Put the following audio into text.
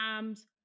times